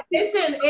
Listen